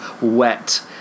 wet